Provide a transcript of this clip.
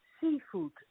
Seafood